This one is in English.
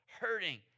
hurting